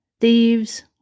thieves